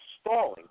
stalling